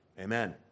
amen